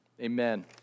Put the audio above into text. Amen